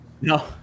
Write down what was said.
No